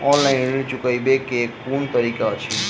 Offline ऋण चुकाबै केँ केँ कुन तरीका अछि?